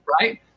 Right